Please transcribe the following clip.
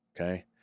okay